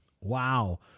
Wow